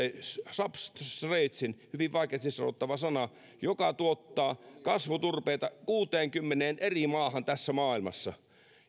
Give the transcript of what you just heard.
substratesin hyvin vaikeasti sanottava sana joka tuottaa kasvuturpeita kuuteenkymmeneen eri maahan tässä maailmassa